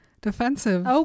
defensive